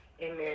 Amen